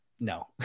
No